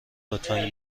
لطفا